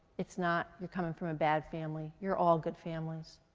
it's not you're coming from a bad family. you're all good families.